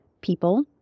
people